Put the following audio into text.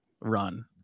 run